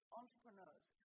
entrepreneurs